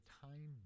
time